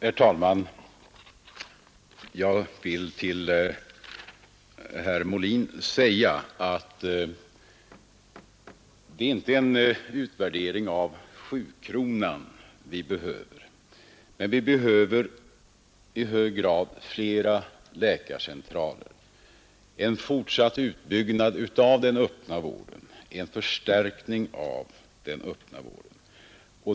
Herr talman! Jag vill säga till herr Molin att det inte är en utvärdering av sjukronorsreformen som vi behöver, men vi behöver i hög grad fler läkarcentraler, en fortsatt utbyggnad och förstärkning av den öppna vården.